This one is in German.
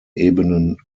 ebenen